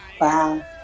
wow